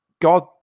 God